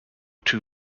two